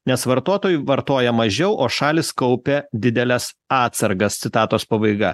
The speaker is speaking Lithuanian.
nes vartotojai vartoja mažiau o šalys kaupia dideles atsargas citatos pabaiga